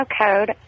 code